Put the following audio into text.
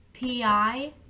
PI